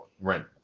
rent